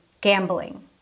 gambling